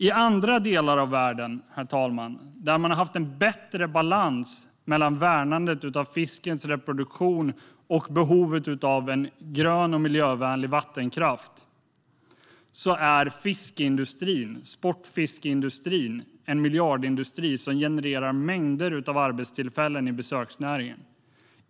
I andra delar av världen, herr talman, där man har haft en bättre balans mellan värnandet av fiskens reproduktion och behovet av en grön och miljövänlig vattenkraft är sportfiskeindustrin en miljardindustri som genererar mängder av arbetstillfällen i besöksnäringen.